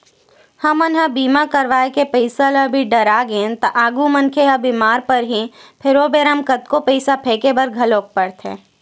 हमन ह बीमा करवाय के पईसा ल अभी डरागेन त आगु मनखे ह बीमार परही फेर ओ बेरा म कतको पईसा फेके बर घलोक परथे